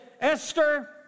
Esther